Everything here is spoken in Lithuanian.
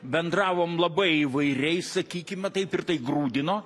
bendravom labai įvairiai sakykime taip ir tai grūdino